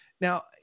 Now